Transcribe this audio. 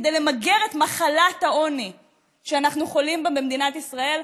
כדי למגר את מחלת העוני שאנחנו חולים בה במדינת ישראל.